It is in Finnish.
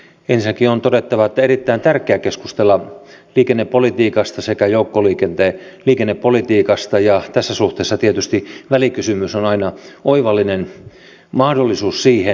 ensinnäkin on todettava että on erittäin tärkeää keskustella liikennepolitiikasta sekä joukkoliikennepolitiikasta ja tässä suhteessa tietysti välikysymys on aina oivallinen mahdollisuus siihen